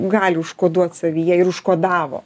gali užkoduot savyje ir užkodavo